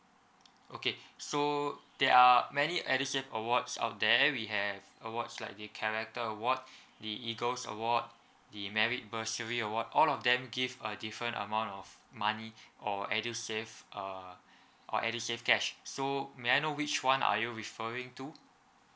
okay so there are many edusave awards out there we have awards like the character award the eagles award the merit bursary award all of them give a different amount of money or edusave uh or edusave cash so may I know which one are you referring to